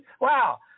wow